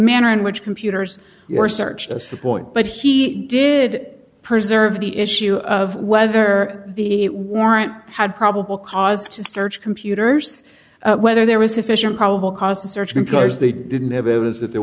manner in which computers were searched as the point but he did preserve the issue of whether the warrant had probable cause to search computers whether there was sufficient probable cause to search because they didn't have it was that there